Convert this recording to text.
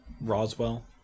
Roswell